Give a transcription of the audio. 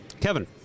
Kevin